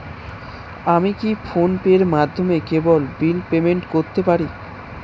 আমি কি ফোন পের মাধ্যমে কেবল বিল পেমেন্ট করতে পারি?